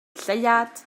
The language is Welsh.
lleuad